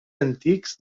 antics